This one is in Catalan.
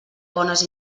bones